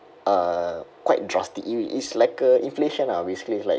uh quite drastic it it's like a inflation ah basically it's like